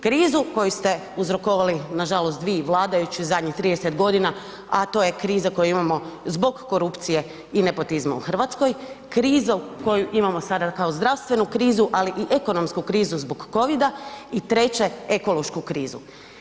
Krizu koju ste uzrokovali, nažalost … vladajući zadnjih 30 godina, a to je kriza koju imamo zbog korupcije i nepotizma u Hrvatskoj, krizu koju imamo sada kao zdravstvenu krizu, ali i ekonomsku krizu zbog covida i treće, ekološku krizu.